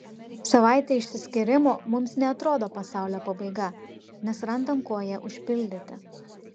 savaitė išsiskyrimo mums neatrodo pasaulio pabaiga nes randam kuo ją užpildyti